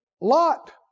Lot